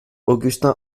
augustin